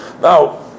Now